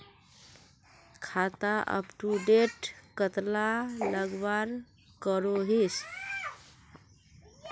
खाता अपटूडेट कतला लगवार करोहीस?